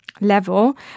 level